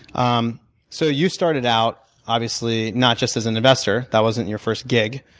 um so you started out obviously, not just as an investor that wasn't your first gig.